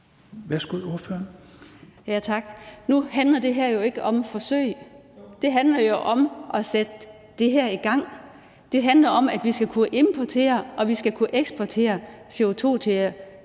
Susanne Zimmer (FG): Tak. Nu handler det her jo ikke om forsøg; det handler om at sætte det her i gang. Det handler om, at vi skal kunne importere og kunne eksportere CO2 til